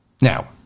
Now